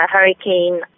Hurricane